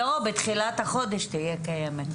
בתחילת החודש תהיה קיימת.